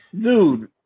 Dude